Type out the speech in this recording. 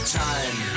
time